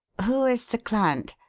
who is the client?